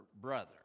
brother